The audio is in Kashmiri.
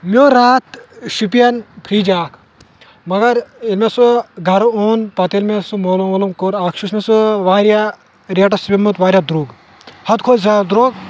مےٚ اوٚن راتھ شُپین فِرٛج اَکھ مگر ییٚلہِ مےٚ سُہ گَرٕ اوٚن پَتہٕ ییٚلہِ مےٚ سُہ معلوٗم وولوٗم کوٚر اَکھ چھُس مےٚ سُہ واریاہ ریٹَس پیوٚمُت واریاہ درٛوگ حَدٕ کھۄتہٕ زیادٕ درٛوگ